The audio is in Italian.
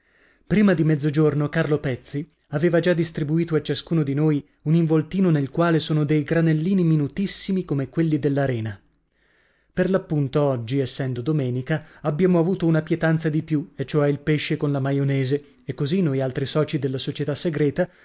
prima di mezzogiorno carlo pezzi aveva già distribuito a ciascuno di noi un involtino nel quale sono dei granellini minutissimi come quelli della rena per l'appunto oggi essendo domenica abbiamo avuto una pietanza di più e cioè il pesce con la maionese e così noi altri soci della società segreta